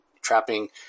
trapping